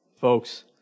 Folks